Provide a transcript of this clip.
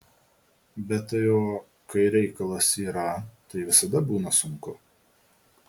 bet tai o kai reikalas yra tai visada būna sunku